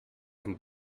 and